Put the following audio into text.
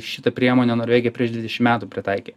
šitą priemonę norvegija prieš dvidešim metų pritaikė